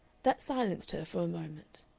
that silenced her for a moment.